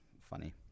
funny